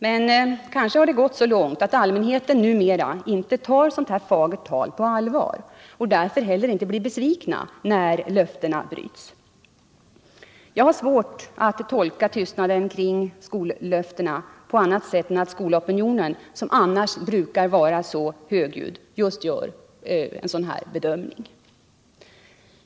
Men kanske har det gått så långt att allmänheten numera inte tar sådant fagert tal på allvar och därför inte heller blir besviken när löftena inte uppfylls. Jag har svårt att tolka tystnaden kring skollöftena på annat sätt än att skolopinionen, som annars brukar vara ganska högljudd, gör en sådan bedömning.